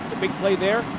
the big play there.